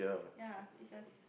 ya this year's